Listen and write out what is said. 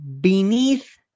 beneath